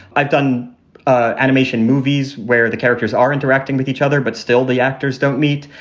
i've done animation movies where the characters are interacting with each other, but still the actors don't meet.